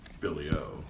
Billy-O